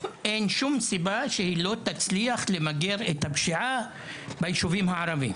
אין שום סיבה שהיא לא תצליח למגר את הפשיעה ביישובים הערביים.